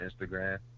Instagram